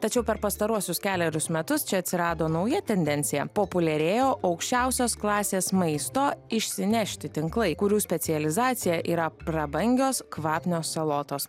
tačiau per pastaruosius kelerius metus čia atsirado nauja tendencija populiarėja aukščiausios klasės maisto išsinešti tinklai kurių specializacija yra prabangios kvapnios salotos